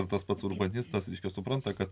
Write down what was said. ir tas pats urbanistas supranta kad